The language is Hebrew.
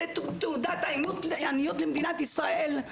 זה תעודת עניות למדינת ישראל,